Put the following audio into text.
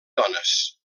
dones